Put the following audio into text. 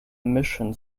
emission